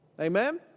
Amen